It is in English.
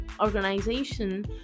organization